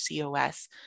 COS